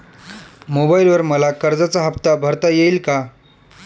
मोबाइलवर मला कर्जाचा हफ्ता भरता येईल का?